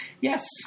Yes